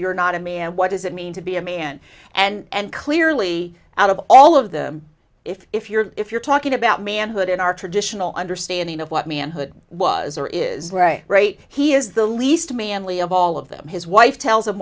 you're not a man what does it mean to be a man and clearly out of all of them if you're if you're talking about manhood in our traditional understanding of what manhood was or is great he is the least manly of all of them his wife tells